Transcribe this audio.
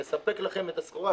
לספק לכם את הסחורה,